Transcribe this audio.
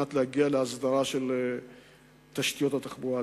להגיע להסדרה של תשתיות התחבורה הציבורית.